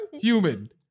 human